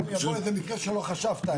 ואז יבואו איזה מקרה שלא חשבת עליו.